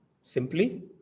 simply